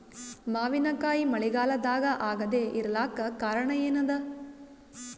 ಮಾವಿನಕಾಯಿ ಮಳಿಗಾಲದಾಗ ಆಗದೆ ಇರಲಾಕ ಕಾರಣ ಏನದ?